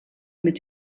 mit